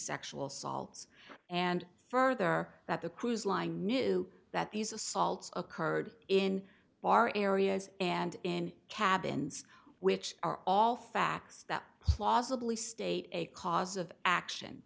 sexual assaults and further that the cruise line knew that these assaults occurred in our areas and in cabins which are all facts that plausibly state a cause of action